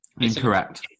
Incorrect